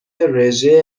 رژه